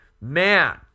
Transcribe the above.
man